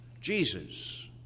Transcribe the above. Jesus